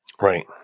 Right